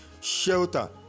shelter